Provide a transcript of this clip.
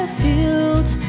fields